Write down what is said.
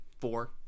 Four